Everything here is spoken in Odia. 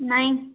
ନାଇ